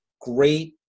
great